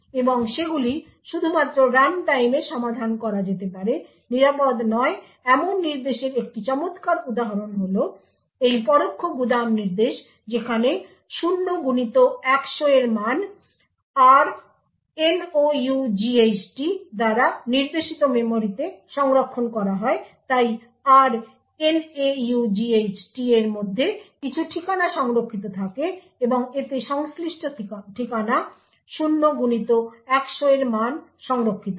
এবং সেগুলি শুধুমাত্র রানটাইমে সমাধান করা যেতে পারে নিরাপদ নয় এমন নির্দেশের একটি চমৎকার উদাহরণ হল এই পরোক্ষ গুদাম নির্দেশ যেখানে 0x100 এর মান r nought দ্বারা নির্দেশিত মেমরিতে সংরক্ষণ করা হয় তাই r naught এর মধ্যে কিছু ঠিকানা সংরক্ষিত থাকে এবং এতে সংশ্লিষ্ট ঠিকানা 0x100 এর মান সংরক্ষিত হয়